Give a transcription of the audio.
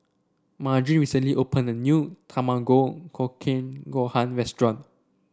Margene recently opened a new Tamago Kake Gohan restaurant